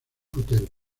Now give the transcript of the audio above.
hotel